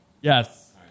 Yes